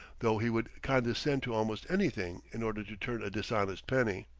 though he would condescend to almost anything in order to turn a dishonest penny.